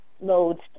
loads